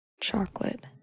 chocolate